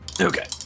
Okay